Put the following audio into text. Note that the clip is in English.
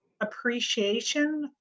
appreciation